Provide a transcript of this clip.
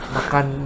Makan